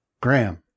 Graham